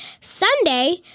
Sunday